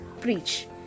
preach